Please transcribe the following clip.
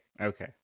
Okay